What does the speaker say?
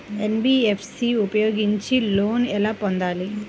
NBFC ఉపయోగించి loan ఎలా పొందాలి?